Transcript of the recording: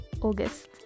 august